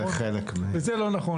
לחלק ממנו.